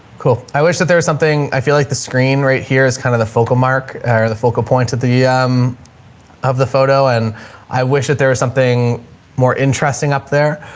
cool. i wish that there was something, i feel like the screen right here is kind of the focal mark or the focal points of the m of the photo. and i wish that there was something more interesting up there.